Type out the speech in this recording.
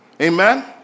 Amen